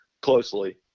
closely